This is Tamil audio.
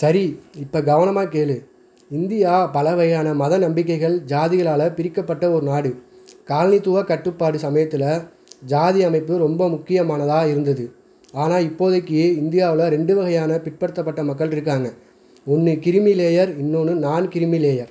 சரி இப்போ கவனமாக கேள் இந்தியா பல வகையான மத நம்பிக்கைகள் ஜாதிகளால் பிரிக்கப்பட்ட ஒரு நாடு காலனித்துவ கட்டுப்பாடு சமயத்தில் ஜாதி அமைப்பு ரொம்ப முக்கியமானதாக இருந்தது ஆனால் இப்போதைக்கு இந்தியாவில் ரெண்டு வகையான பிற்படுத்தப்பட்ட மக்களிருக்காங்க ஒன்று கிரிமி லேயர் இன்னொன்று நான்கிரிமி லேயர்